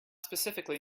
specifically